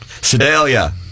sedalia